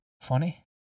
funny